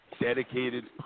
dedicated